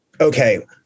okay